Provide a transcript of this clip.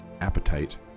appetite